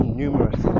numerous